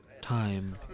time